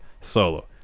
Solo